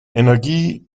energie